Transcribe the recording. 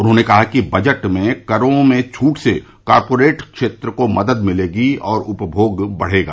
उन्होंने कहा कि बजट में करों में छूट से कॉरपोरेट क्षेत्र को मदद मिलेगी और उपभोग बढ़ेगा